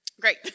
Great